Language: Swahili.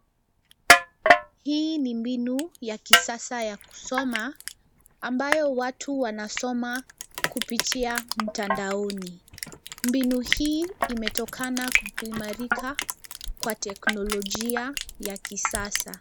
Hii ni mbinu ya kisasa ya kusoma ambayo watu wanasoma kupitia mtandaoni. Mbinu hii imetokana kwa kuimarika kwa teknolojia ya kisasa.